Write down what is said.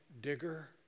Digger